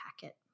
packet